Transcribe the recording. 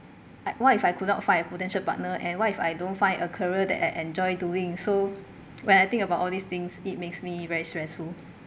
like what if I could not find a potential partner and what if I don't find a career that I enjoy doing so when I think about all these things it makes me very stressful